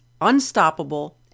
unstoppable